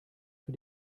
für